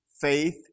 faith